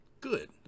Good